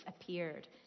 appeared